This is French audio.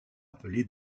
appelé